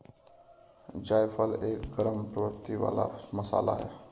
जायफल एक गरम प्रवृत्ति वाला मसाला है